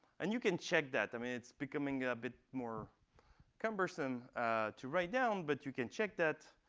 and you can check that. i mean, it's becoming a bit more cumbersome to write down, but you can check that.